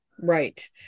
right